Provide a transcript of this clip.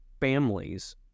families